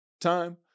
time